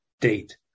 date